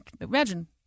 imagine